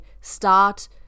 start